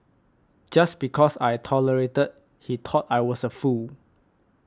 just because I tolerated he thought I was a fool